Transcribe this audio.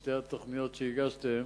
ששתי התוכניות שהגשתם